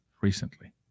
recently